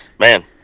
Man